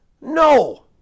no